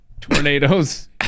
tornadoes